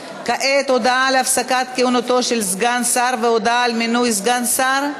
הודעה על הפסקת כהונתו של סגן שר ועל מינוי סגן שר,